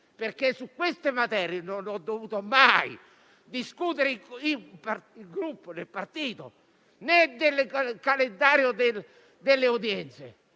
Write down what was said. perché su queste materie non ho dovuto mai discutere nel Gruppo e nel partito, né del calendario delle udienze,